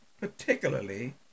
particularly